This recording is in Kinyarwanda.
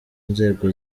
nzego